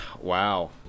Wow